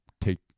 take